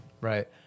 Right